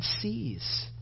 sees